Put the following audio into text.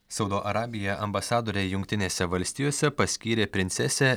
saudo arabija ambasadore jungtinėse valstijose paskyrė princesę